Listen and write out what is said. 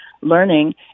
learning